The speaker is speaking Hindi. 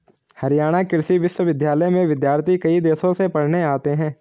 हरियाणा कृषि विश्वविद्यालय में विद्यार्थी कई देशों से पढ़ने आते हैं